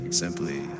simply